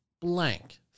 blank